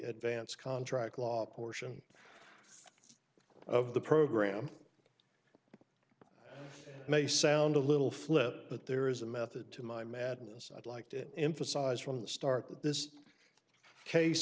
advance contract law portion of the program may sound a little flip but there is a method to my madness i'd like to emphasize from the start that this case